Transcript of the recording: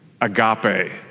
Agape